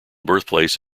birthplace